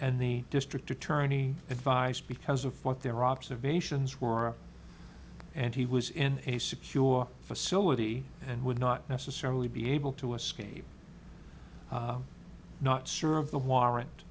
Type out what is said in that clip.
and the district attorney advised because of what their observations were and he was in a secure facility and would not necessarily be able to escape not serve the warrant